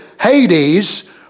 Hades